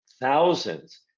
thousands